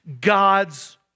God's